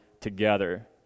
together